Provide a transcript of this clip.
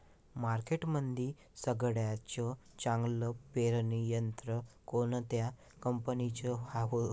मार्केटमंदी सगळ्यात चांगलं पेरणी यंत्र कोनत्या कंपनीचं हाये?